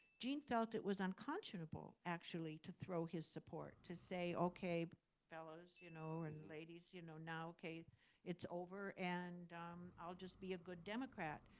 gene felt it was unconscionable, actually, to throw his support, to say, ok fellas you know and ladies, you know now it's over and i'll just be a good democrat.